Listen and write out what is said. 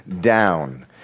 down